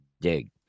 dig